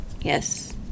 Yes